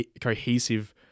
cohesive